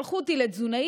שלחו אותי לתזונאית,